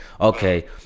Okay